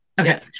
Okay